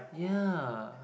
ya